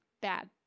bad